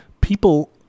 people